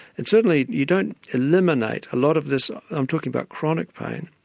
and certainly you don't eliminate a lot of this, i'm talking about chronic pain,